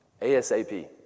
ASAP